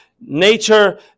nature